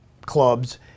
clubs